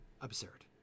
absurd